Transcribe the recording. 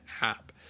app